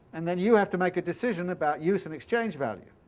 and then you have to make a decision about use and exchange-value.